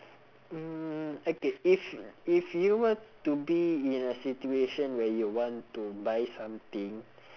mm okay if if you were to be in a situation where you want to buy something